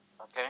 okay